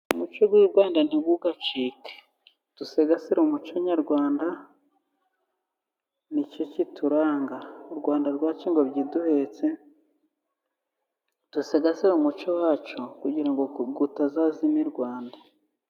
Umuco w'i Rwanda ntigugacike, dusigasire umuco nyarwanda nicyo kituranga, u Rwanda rwacu ingobyi iduhetse, dusigazere umuco wacu, kugira ngo utazazima i Rwanda.